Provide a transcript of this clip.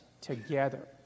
together